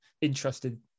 interested